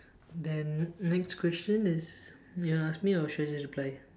then next question is you want to ask me or shall I just reply